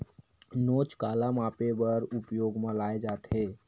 नोच काला मापे बर उपयोग म लाये जाथे?